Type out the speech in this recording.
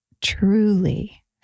truly